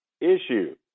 issue